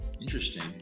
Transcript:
Interesting